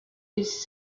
its